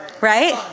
right